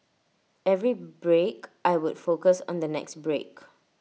every break I would focus on the next break